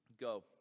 Go